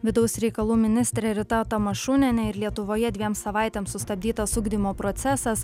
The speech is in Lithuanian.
vidaus reikalų ministrė rita tamašunienė ir lietuvoje dviem savaitėms sustabdytas ugdymo procesas